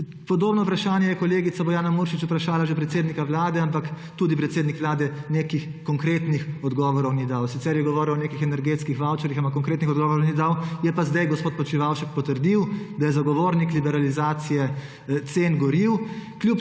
Podobno vprašanje je kolegica Bojana Muršič vprašala že predsednika Vlade, ampak tudi predsednik Vlade nekih konkretnih odgovorov ni dal. Sicer je govoril o nekih energetskih vavčerjih, ampak konkretnih odgovorov ni dal, je pa sedaj gospod Počivalšek potrdil, da je zagovornik liberalizacije cen goriv